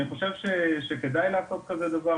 אני חושב שכדאי לעשות דבר כזה,